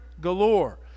galore